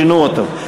שינו אותו.